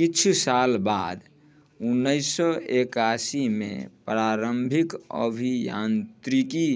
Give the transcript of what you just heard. किछु साल बाद उनैस सओ एकासीमे प्रारम्भिक अभियान्त्रिकी